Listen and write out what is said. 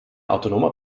autonomer